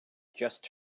just